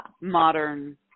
modern